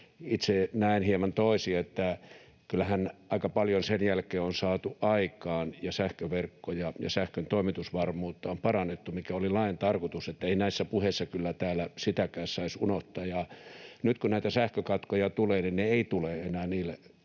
Itse näen hieman toisin. Kyllähän aika paljon sen jälkeen on saatu aikaan ja sähköverkkoja ja sähkön toimitusvarmuutta on parannettu, mikä oli lain tarkoitus, ei näissä puheissa täällä kyllä sitäkään saisi unohtaa. Nyt kun näitä sähkökatkoja tulee, niin eivät ne tule enää niille